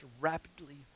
rapidly